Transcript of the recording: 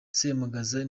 semugaza